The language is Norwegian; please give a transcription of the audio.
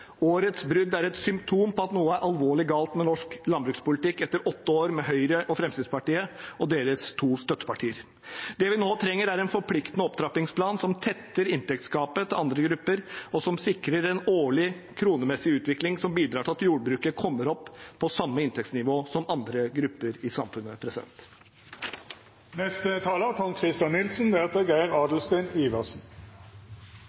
Årets brudd er et symptom på at noe er alvorlig galt med norsk landbrukspolitikk etter åtte år med Høyre, Fremskrittspartiet og deres to støttepartier. Det vi nå trenger, er en forpliktende opptrappingsplan som tetter inntektsgapet til andre grupper, og som sikrer en årlig kronemessig utvikling som bidrar til at jordbruket kommer opp på samme inntektsnivå som andre grupper i samfunnet.